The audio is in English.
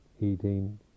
eating